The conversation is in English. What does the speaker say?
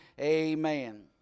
Amen